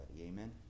Amen